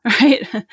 right